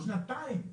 שמביא